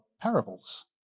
parables